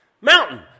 Mountain